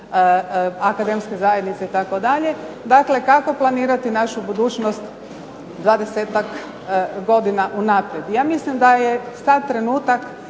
akademske zajednice itd., dakle kako planirati našu budućnost 20-tak godina unaprijed. Ja mislim da je sad trenutak